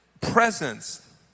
presence